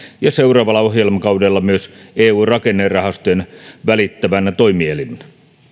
ja seuraavalla ohjelmakaudella myös eun rakennerahastojen välittävinä toimielimiä